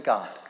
God